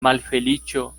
malfeliĉo